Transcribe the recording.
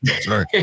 Sorry